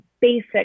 basic